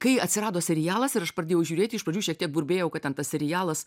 kai atsirado serialas ir aš pradėjau žiūrėti iš pradžių šiek tiek burbėjau kad ten tas serialas